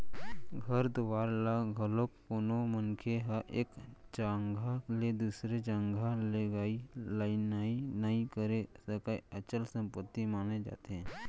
घर दुवार ल घलोक कोनो मनखे ह एक जघा ले दूसर जघा लेगई लनई नइ करे सकय, अचल संपत्ति माने जाथे